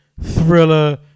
Thriller